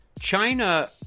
China